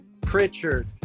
Pritchard